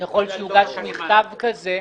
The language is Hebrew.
--- ככל שיוגש מכתב כזה,